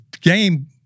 game